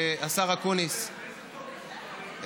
השר אקוניס, אמת,